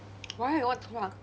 why what what